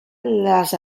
les